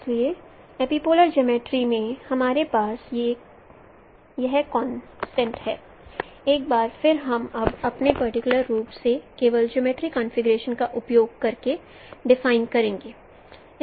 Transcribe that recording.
इसलिए epipolar geometry में हमारे पास यह कॉन्सेप्ट्स हैं एक बार फिर हम अब उन्हें पर्टिकुलर रूप से केवल जियोमर्ट्री कॉन्फ़िगरेशन का उपयोग करके डिफाइन करेंगे